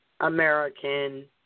American